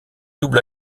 double